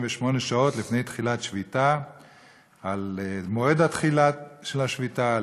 שעות לפני תחילת שביתה על מועד התחילה של השביתה,